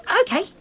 okay